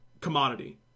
commodity